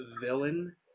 villain